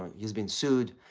he's been sued.